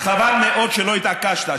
חבל מאוד שלא התעקשת.